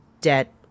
debt